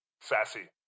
Sassy